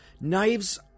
Knives